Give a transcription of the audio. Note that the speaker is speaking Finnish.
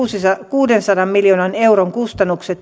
kuudensadan miljoonan euron kustannukset